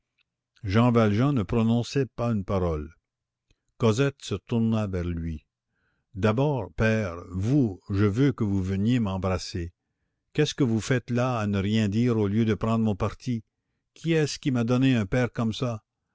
jean valjean ne prononçait pas une parole cosette se tourna vers lui d'abord père vous je veux que vous veniez m'embrasser qu'est-ce que vous faites là à ne rien dire au lieu de prendre mon parti qui est-ce qui m'a donné un père comme ça